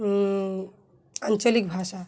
আঞ্চলিক ভাষা